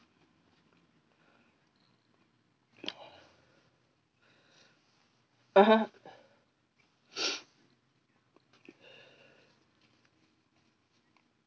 (uh huh)